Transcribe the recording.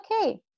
okay